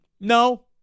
No